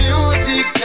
Music